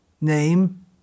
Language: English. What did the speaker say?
name